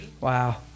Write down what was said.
Wow